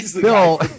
Bill